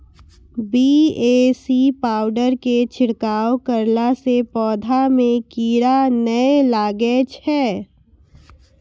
BAC powder के छिड़काव करला से पौधा मे कीड़ा नैय लागै छै?